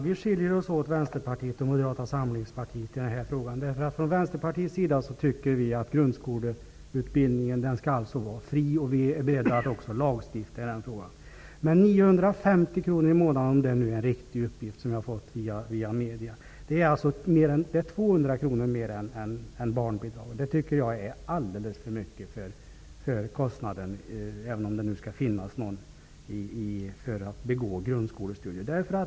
Herr talman! Vänsterpartiet och Moderata samlingspartiet skiljer sig åt i den här frågan. Inom Vänsterpartiet tycker vi att grundskoleutbildningen skall vara fri, och vi är också beredda att lagstifta i den frågan. Via medierna har jag fått uppgiften -- om den nu är riktig -- att kostnaden skulle ligga på 950 kr i månaden. Det är 200 kr mer än barnbidraget, och det tycker jag är en alldeles för hög kostnad, om man nu skall behöva betala en kostnad för att genomgå grundskolestudier.